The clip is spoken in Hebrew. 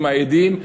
עם העדים,